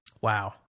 Wow